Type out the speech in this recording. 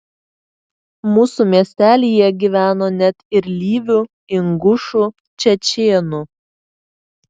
mūsų miestelyje gyveno net ir lyvių ingušų čečėnų